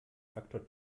faktor